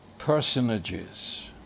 personages